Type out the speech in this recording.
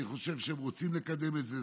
אני חושב שהם רוצים לקדם את זה,